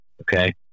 Okay